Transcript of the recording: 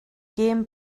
gêm